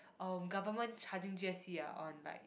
um government charging g_s_t ah on like